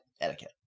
Etiquette